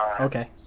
okay